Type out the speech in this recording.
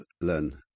learn